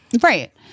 Right